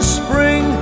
spring